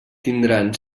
tindran